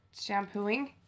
shampooing